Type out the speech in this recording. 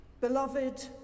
Beloved